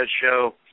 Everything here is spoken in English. Show